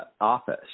office